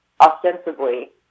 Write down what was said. ostensibly